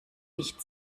nicht